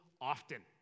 often